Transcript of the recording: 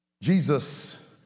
Jesus